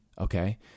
okay